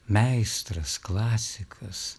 meistras klasikas